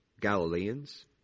Galileans